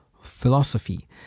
philosophy